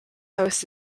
host